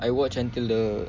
I watch until the